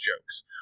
jokes